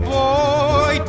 boy